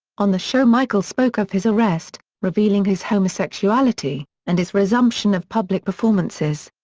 on the show michael spoke of his arrest, revealing his homosexuality, and his resumption of public performances.